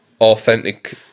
authentic